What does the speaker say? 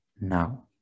now